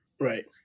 Right